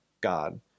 God